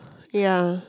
ya